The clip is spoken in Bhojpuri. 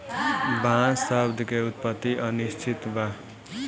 बांस शब्द के उत्पति अनिश्चित बा